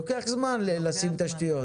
לוקח זמן לשים תשתיות.